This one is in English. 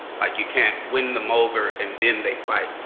like, you can't win them over and then they fight.